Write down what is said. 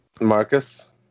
Marcus